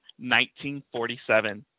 1947